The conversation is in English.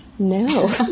No